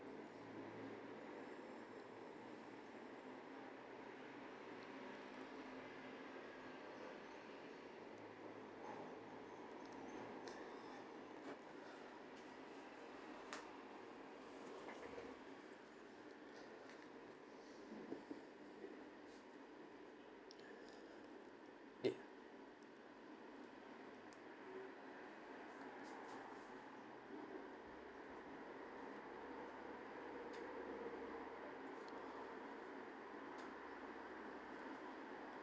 it